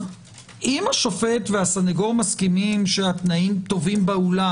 אם השופט והסנגור מסכימים שהתנאים טובים באולם,